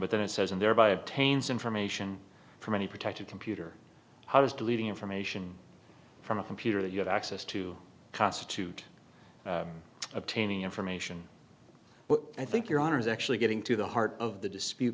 but then it says and thereby obtains information from any protected computer how does deleting information from a computer that you have access to constitute obtaining information i think your honor is actually getting to the heart of the dispute